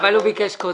הוא ביקש קודם.